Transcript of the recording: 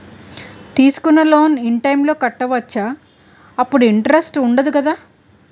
తీసుకున్న loan in time లో కట్టవచ్చ? అప్పుడు ఇంటరెస్ట్ వుందదు కదా?